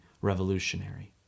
revolutionary